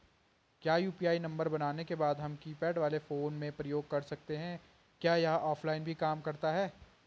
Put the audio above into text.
क्या UPI number बनाने के बाद हम कीपैड वाले फोन में प्रयोग कर सकते हैं क्या यह ऑफ़लाइन भी काम करता है?